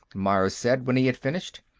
myers said, when he had finished.